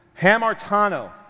Hamartano